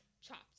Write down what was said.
chopped